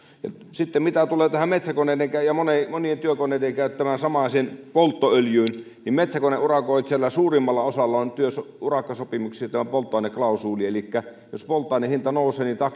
sitten mitä tulee tähän metsäkoneiden ja monien työkoneiden käyttämään samaiseen polttoöljyyn niin metsäkoneurakoitsijoilla suurimmalla osalla on urakkasopimuksissa polttoaineklausuuli elikkä jos polttoaineen hinta nousee